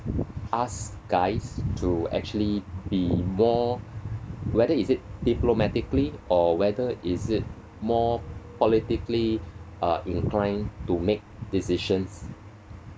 us guys to actually be more whether is it diplomatically or whether is it more politically uh inclined to make decisions